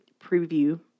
preview